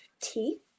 teeth